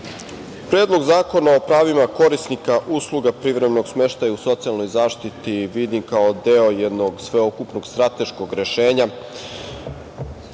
Predlog zakona o pravima korisnika usluga privremenog smeštaja u socijalnoj zaštiti vidim kao deo jednog sveukupno strateškog rešenja.